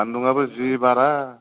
सान्दुङाबो जि बारा